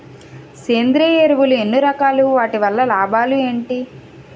సేంద్రీయ ఎరువులు ఎన్ని రకాలు? వాటి వల్ల లాభాలు ఏంటి?